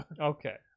Okay